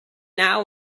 now